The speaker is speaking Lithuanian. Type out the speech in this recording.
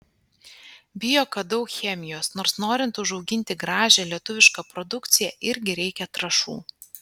bijo kad daug chemijos nors norint užauginti gražią lietuvišką produkciją irgi reikia trąšų